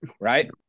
right